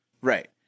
Right